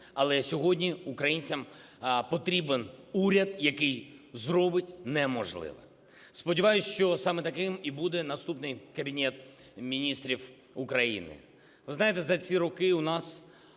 але сьогодні українцям потрібен уряд, який зробить неможливе. Сподіваюсь, що саме таким і буде наступний Кабінет Міністрів України. Ви знаєте, ці роки у нас